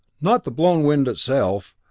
not the blown wind itself,